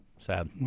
Sad